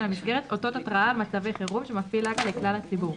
המסגרת אותות התרעה על מצבי חירום שמפעיל הג"א לכלל הציבור,